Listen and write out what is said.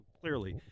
clearly